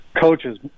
Coaches